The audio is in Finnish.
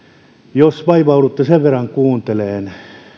jos vaivaudutte sen verran kuuntelemaan